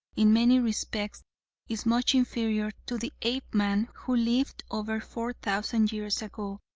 in many respects is much inferior to the apeman who lived over four thousand years ago,